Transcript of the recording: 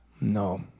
No